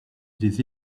des